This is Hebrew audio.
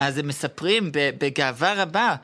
אז הם מספרים בגאווה רבה.